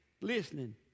listening